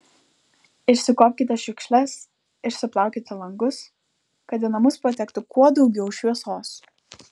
išsikuopkite šiukšles išsiplaukite langus kad į namus patektų kuo daugiau šviesos